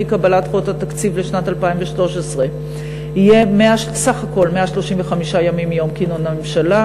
אי-קבלת חוק התקציב לשנת 2013 יהיה סך הכול 135 ימים מיום כינון הממשלה.